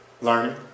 Learning